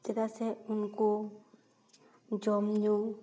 ᱪᱮᱫᱟᱜ ᱥᱮ ᱩᱱᱠᱩ ᱡᱚᱢ ᱧᱩ